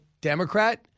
Democrat